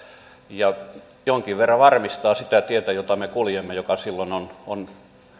ja jonkin verran varmistaa sitä tietä jota me kuljemme joka silloin on on